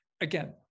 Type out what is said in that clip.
Again